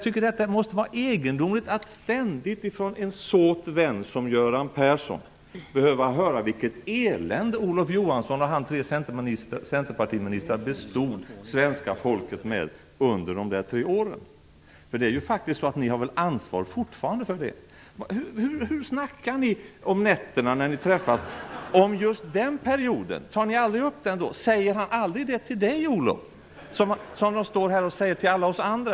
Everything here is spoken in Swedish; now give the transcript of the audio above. Det måste vara egendomligt att från en såt vän som Göran Persson ständigt behöva höra vilket elände Olof Johansson och hans tre Centerpartiministrar bestod svenska folket med under de där tre åren. Det är väl så att ni fortfarande faktiskt har ansvar för det? Hur snackar ni om just den perioden när ni träffas om nätterna? Tar ni aldrig upp den då? Säger Göran Persson aldrig det till Olof Johansson som han säger till alla oss andra?